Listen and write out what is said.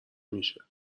میشه